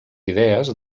idees